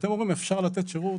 כשאתם אומרים אפשר לתת שירות,